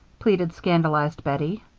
pleaded scandalized bettie.